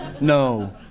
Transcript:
No